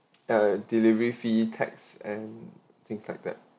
uh delivery fee tax and things like that